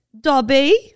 Dobby